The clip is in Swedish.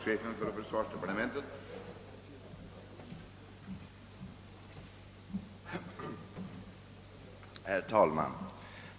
Herr talman!